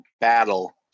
battle